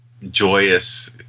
joyous